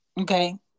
okay